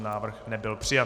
Návrh nebyl přijat.